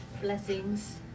Blessings